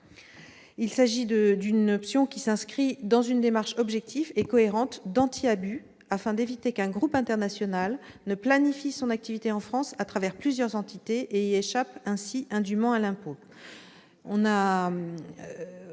stable. Cette option s'inscrit dans une démarche objective et cohérente d'anti-abus, afin d'éviter qu'un groupe international ne planifie son activité en France à travers plusieurs entités et échappe ainsi indûment à l'impôt.